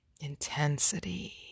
intensity